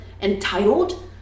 entitled